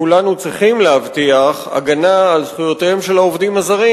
כולנו צריכים להבטיח הגנה על זכויותיהם של העובדים הזרים,